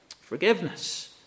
Forgiveness